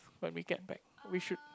when we get back we should